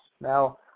Now